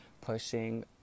pushing